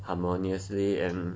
harmoniously and